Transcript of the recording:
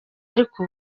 ariko